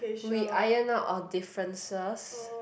we ironed out our differences